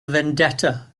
vendetta